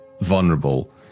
vulnerable